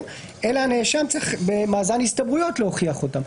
אלא הנאשם צריך במאזן הסתברויות להוכיח אותם.